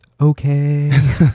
okay